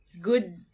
good